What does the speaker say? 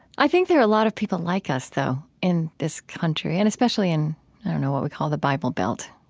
i think there are a lot of people like us, though, in this country, and especially in, i don't know, what we call the bible belt.